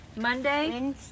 Monday